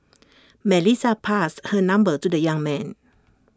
Melissa passed her number to the young man